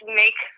make